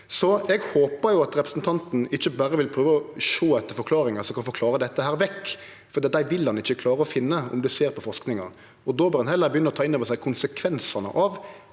Eg håpar representanten ikkje berre vil prøve å sjå etter forklaringar som kan forklare dette vekk, for dei vil han ikkje klare å finne om ein ser på forskinga. Då bør han heller begynne å ta innover seg konsekvensane av